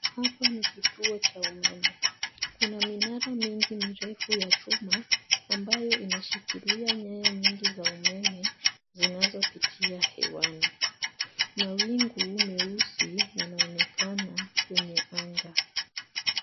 Hapa ni kituo cha umeme. Kuna minara mingi mirefu ya chuma ambayo inashikilia nyaya nyingi za umeme zinazopitia hewani. Mawingu meusi yanaonekana kwenye anga.